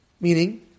Meaning